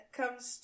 comes